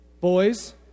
boys